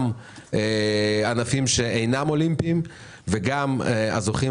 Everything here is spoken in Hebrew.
גם ענפים שאינם אולימפיים וגם הזוכים